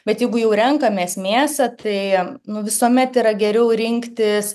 bet jeigu jau renkamės mėsą tai nu visuomet yra geriau rinktis